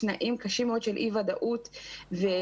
תנאים קשים מאוד של אי-ודאות -- ריקי,